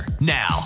Now